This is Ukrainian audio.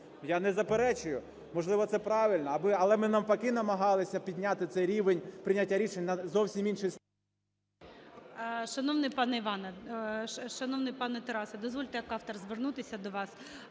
Я не заперечую, можливо, це правильно, але ми навпаки намагалися підняти цей рівень прийняття рішень на зовсім інший…